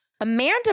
Amanda